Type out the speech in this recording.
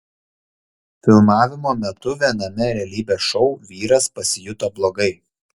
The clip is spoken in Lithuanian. filmavimo metu viename realybės šou vyras pasijuto blogai